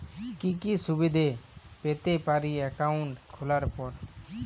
কি কি সুবিধে পেতে পারি একাউন্ট খোলার পর?